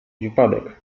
wypadek